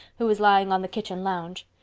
who was lying on the kitchen lounge.